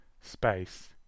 space